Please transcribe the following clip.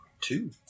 Two